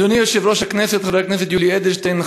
אדוני יושב-ראש הכנסת חבר הכנסת יולי אדלשטיין,